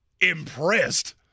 impressed